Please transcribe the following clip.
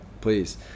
please